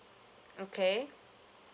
okay